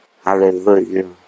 Hallelujah